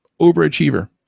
Overachiever